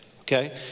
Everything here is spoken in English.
Okay